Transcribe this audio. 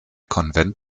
konvent